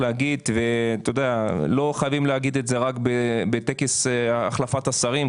לא חייבים להגיד את זה רק בטקס החלפת השרים,